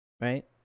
right